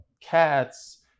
Cats